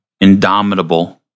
Indomitable